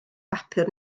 bapur